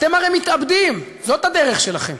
אתם הרי מתאבדים, זאת הדרך שלכם.